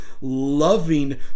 loving